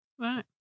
Right